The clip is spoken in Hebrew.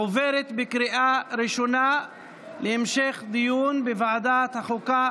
עברה בקריאה ראשונה ועוברת להמשך דיון לוועדת החוקה,